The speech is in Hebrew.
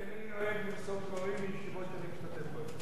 אינני נוהג למסור דברים מישיבות שאני משתתף בהן.